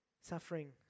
Suffering